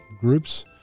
groups